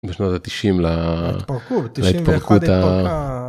‫בשנות ה-90' ל… התפרקות ה... ‫ ב-91' היא התפרקה.